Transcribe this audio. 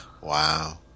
Wow